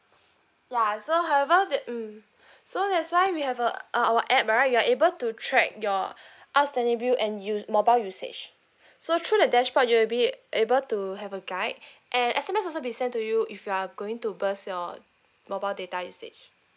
ya so however that um so that's why we have a our app right you are able to track your outstanding bill and use mobile usage so through the dashboard you will be able to have a guide and S_M_S also be sent to you if you are going to burst your mobile data usage